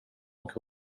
och